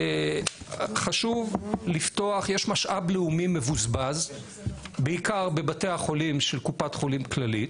יש משאב לאומי מבוזבז בעיקר בבתי החולים של קופת חולים כללית,